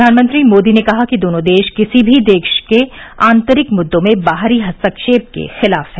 प्रधानमंत्री मोदी ने कहा कि दोनों देश किसी भी देश के आंतरिक मुद्दों में बाहरी हस्तक्षेप के खिलाफ हैं